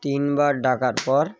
তিনবার ডাকার পর